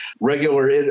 regular